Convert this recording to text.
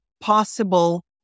possible